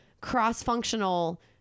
cross-functional